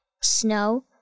snow